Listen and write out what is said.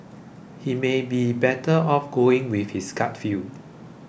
he may have been better off going with his gut feel